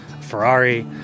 Ferrari